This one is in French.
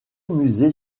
musée